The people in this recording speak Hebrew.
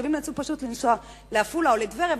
התושבים נאלצו פשוט לנסוע לעפולה או לטבריה